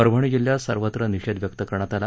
परभणी जिल्ह्यात सर्वत्र निषेध व्यक्त करण्यात आला